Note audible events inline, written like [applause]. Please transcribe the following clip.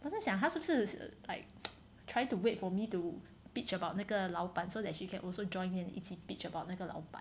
我在想他是不是 like [noise] try to wait for me to bitch about 那个老板 so that she can also join in 一起 bitch about 那个老板